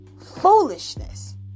Foolishness